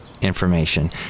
information